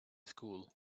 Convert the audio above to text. school